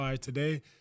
today